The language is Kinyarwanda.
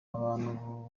abantu